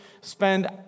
spend